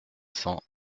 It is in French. cents